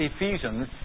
Ephesians